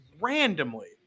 randomly